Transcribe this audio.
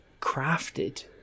crafted